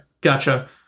Gotcha